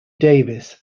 davis